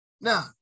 Now